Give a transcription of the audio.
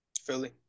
Philly